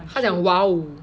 他讲 !wow!